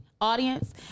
audience